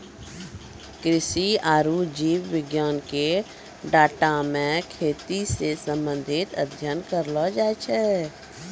कृषि आरु जीव विज्ञान के डाटा मे खेती से संबंधित अध्ययन करलो जाय छै